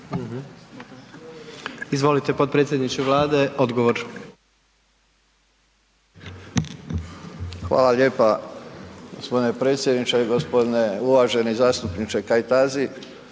Izvolite potpredsjedniče Vlade, odgovor. **Božinović, Davor (HDZ)** Hvala lijepa gospodine predsjedniče. Gospodine uvaženi zastupniče Kajtazi